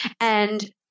And-